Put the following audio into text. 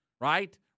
right